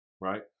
right